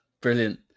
brilliant